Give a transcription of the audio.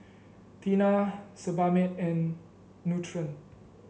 Tena Sebamed and Nutren